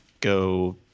go